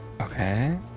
Okay